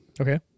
Okay